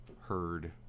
herd